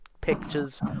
pictures